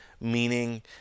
meaning